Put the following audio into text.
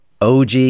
Og